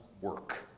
work